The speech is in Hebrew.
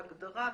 רגע, זו ההגדרה.